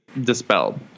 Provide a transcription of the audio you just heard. dispelled